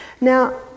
Now